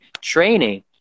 training